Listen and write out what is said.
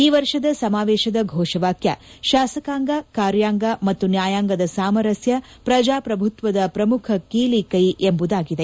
ಈ ವರ್ಷದ ಸಮಾವೇಶದ ಘೋಷವಾಕ್ಷ ಶಾಸಕಾಂಗ ಕಾರ್ಯಾಂಗ ಮತ್ತು ನ್ನಾಯಾಂಗದ ಸಾಮರಸ್ವ ಪ್ರಜಾಪ್ರಭುತ್ವದ ಪ್ರಮುಖ ಕೀಲಿಕೈ ಆಗಿದೆ